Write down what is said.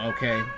Okay